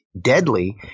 deadly